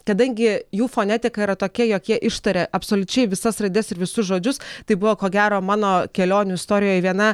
kadangi jų fonetika yra tokia jog jie ištaria absoliučiai visas raides ir visus žodžius tai buvo ko gero mano kelionių istorijoj viena